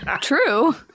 True